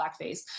blackface